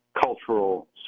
cultural